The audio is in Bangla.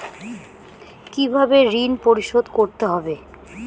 কিভাবে ঋণ পরিশোধ করতে হবে?